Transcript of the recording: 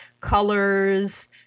colors